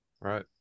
Right